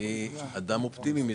אני אדם אופטימי מטבעי.